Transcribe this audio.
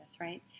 right